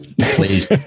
please